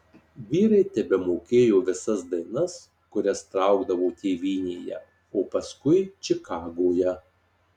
vyrai tebemokėjo visas dainas kurias traukdavo tėvynėje o paskui čikagoje